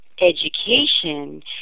education